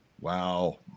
Wow